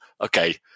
Okay